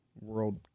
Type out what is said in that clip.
World